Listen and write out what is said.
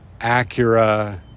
Acura